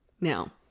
Now